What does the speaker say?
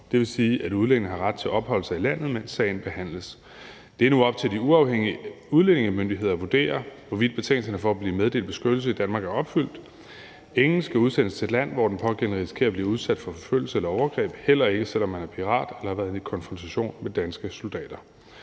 det vil sige, at udlændinge har ret til at opholde sig i landet, mens sagen behandles. Det er nu op til de uafhængige udlændingemyndigheder at vurdere, hvorvidt betingelserne for at blive meddelt beskyttelse i Danmark er opfyldt. Ingen skal udsendes til et land, hvor den pågældende risikerer at blive udsat for forfølgelse eller overgreb, heller ikke selv om man er pirat eller har været i konfrontation med danske soldater.